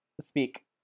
Speak